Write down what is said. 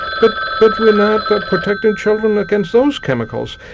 but but we are not but protecting children against those chemicals.